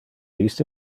iste